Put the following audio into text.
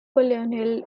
colonial